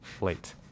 late